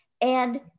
And-